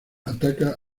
ataca